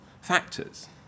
factors